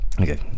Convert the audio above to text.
Okay